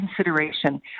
consideration